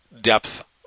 depth